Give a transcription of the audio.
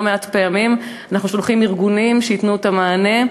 לא מעט פעמים אנחנו שולחים ארגונים שייתנו את המענה,